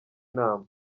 nama